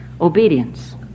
obedience